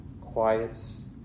quiets